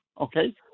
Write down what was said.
okay